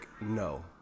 No